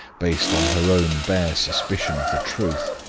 based on her own bare suspicion of the truth.